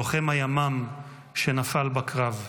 לוחם הימ"מ שנפל בקרב.